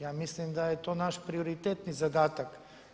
Ja mislim da je to naš prioritetni zadatak.